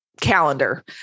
calendar